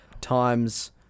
times